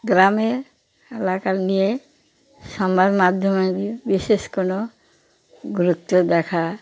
গ্রামে এলাকার নিয়ে সংবাদ মাধ্যমের বিশেষ কোনো গুরুত্ব দেখা